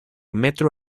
metro